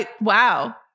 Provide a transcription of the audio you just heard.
Wow